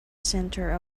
centre